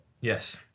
Yes